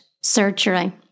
surgery